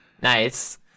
Nice